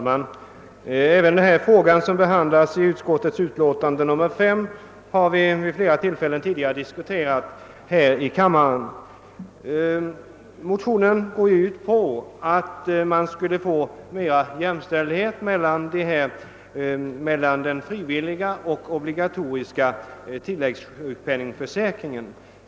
Herr talman! Även den fråga som behandlas i andra lagutskottets förevarande utlåtande har diskuterats vid flera tillfällen här i kammaren. Det motionspar som utlåtandet gäller har velat åstadkomma större jämlikhet mellan den frivilliga sjukförsäkringen och den obligatoriska försäkringen för tilläggssjukpenning.